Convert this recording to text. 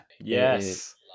Yes